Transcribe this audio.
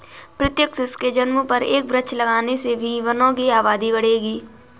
प्रत्येक शिशु के जन्म पर एक वृक्ष लगाने से भी वनों की आबादी बढ़ेगी